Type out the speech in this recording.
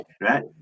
right